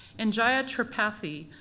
and jaya tripathi,